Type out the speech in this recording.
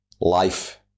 life